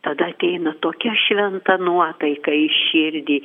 tada ateina tokia šventa nuotaika į širdį